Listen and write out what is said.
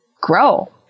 grow